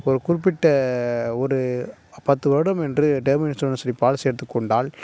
ஒரு குறிப்பிட்ட ஒரு பத்து வருடம் என்று டேர்ம் இன்ஷூரன்ஸில் பாலிஸி எடுத்துக்கொண்டால்